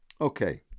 Okay